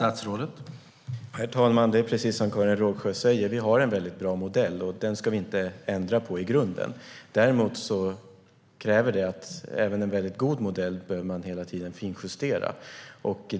Herr talman! Precis som Karin Rågsjö säger har vi en bra modell, och den ska vi inte ändra på i grunden. Däremot behöver även en god modell hela tiden finjusteras.